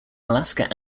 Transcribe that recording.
alaska